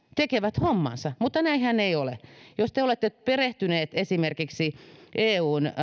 tekevät hommansa mutta näinhän ei ole jos te te olette perehtyneet esimerkiksi eun